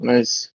Nice